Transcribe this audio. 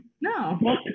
No